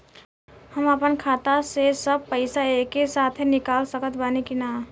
हम आपन खाता से सब पैसा एके साथे निकाल सकत बानी की ना?